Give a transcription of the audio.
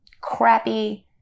crappy